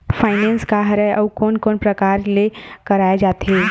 Finance का हरय आऊ कोन कोन प्रकार ले कराये जाथे?